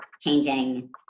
changing